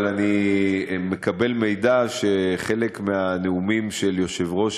אבל אני מקבל מידע שחלק מהנאומים של יושב-ראש